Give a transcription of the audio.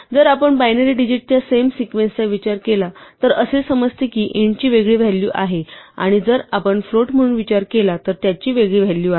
जर आपण बायनरी डिजिटच्या सेम सिक्वेन्सचा विचार केला तर असे समजते कि इंटची वेगळी व्हॅलू आहे आणि जर आपण फ्लोट म्हणून विचार केला तर त्याची वेगळी व्हॅलू आहे